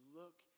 look